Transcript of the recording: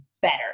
better